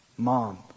Mom